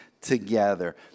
together